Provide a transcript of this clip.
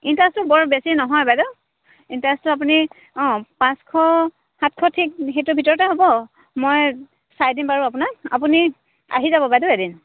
ইণ্টাৰেষ্টটো বৰ বেছি নহয় বাইদেউ ইণ্টাৰেষ্টটো আপুনি অঁ পাঁচশ সাতশ ঠিক সেইটোৰ ভিতৰতে হ'ব মই চাই দিম বাৰু আপোনাক আপুনি আহি যাব বাইদেউ এদিন